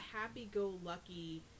happy-go-lucky